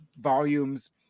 volumes